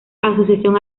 asociación